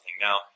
Now